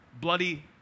bloody